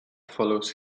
follows